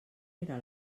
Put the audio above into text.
era